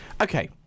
okay